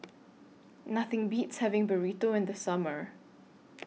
Nothing Beats having Burrito in The Summer